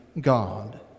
God